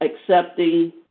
accepting